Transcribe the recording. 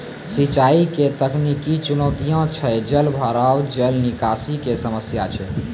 सिंचाई के तकनीकी चुनौतियां छै जलभराव, जल निकासी के समस्या छै